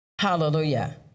Hallelujah